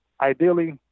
Ideally